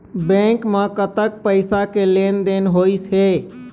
Bank म कतक पैसा के लेन देन होइस हे?